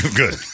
good